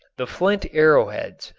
the flint arrowheads,